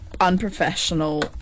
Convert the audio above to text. unprofessional